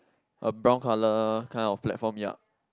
a brown colour kind of platform ya